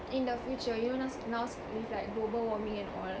in the future you now is now is with like global warming and all